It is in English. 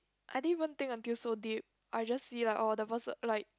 I didn't even think until so deep I just see like oh the person like